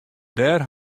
dêr